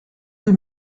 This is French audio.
deux